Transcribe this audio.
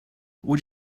would